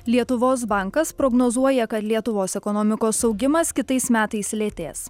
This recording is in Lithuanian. lietuvos bankas prognozuoja kad lietuvos ekonomikos augimas kitais metais sulėtės